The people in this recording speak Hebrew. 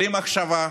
בלי מחשבה,